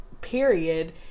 period